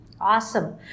Awesome